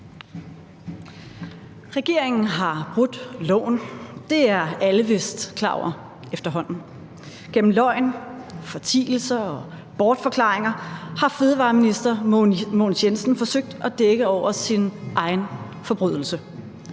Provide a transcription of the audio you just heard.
Regeringen har brudt loven; det er alle vist klar over efterhånden. Gennem løgn, fortielser og bortforklaringer har fødevareminister Mogens Jensen forsøgt at dække over sin egen forbrydelse.